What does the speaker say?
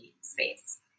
space